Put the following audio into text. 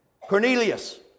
Cornelius